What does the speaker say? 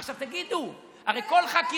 עכשיו, תגידו, זה לשבש הליכים.